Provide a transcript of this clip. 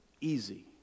Easy